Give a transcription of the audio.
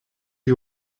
you